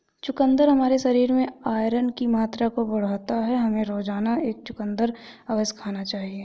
चुकंदर हमारे शरीर में आयरन की मात्रा को बढ़ाता है, हमें रोजाना एक चुकंदर अवश्य खाना चाहिए